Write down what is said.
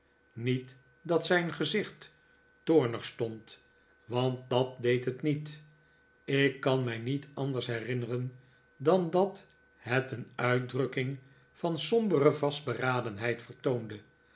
niet dat zijn gezicht toornig stond want dat deed het niet ik kan mij niet anders herinneren dan dat het een uitdrukking van sombere vastberadenheid vertoonde